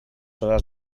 hores